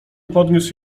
podniósł